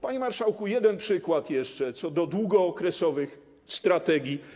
Panie marszałku, jeden przykład jeszcze odnośnie do długookresowych strategii.